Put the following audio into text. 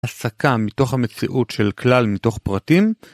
הסקה מתוך המציאות של כלל מתוך פרטים